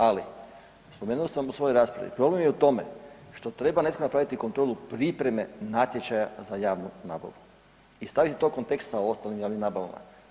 Ali spomenuo sam u svojoj raspravi, problem je u tome što treba neko napraviti kontrolu pripreme natječaja za javnu nabavu i staviti to u kontekst sa ostalim javnim nabavama.